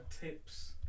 tips